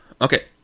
okay